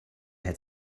had